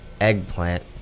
Eggplant